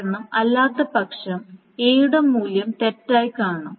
കാരണം അല്ലാത്തപക്ഷം എ യുടെ മൂല്യം തെറ്റായി കാണും